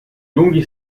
lunghi